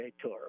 Tour